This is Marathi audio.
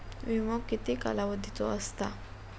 विमो किती कालावधीचो असता?